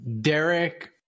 Derek